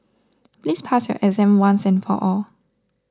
please pass your exam once and for all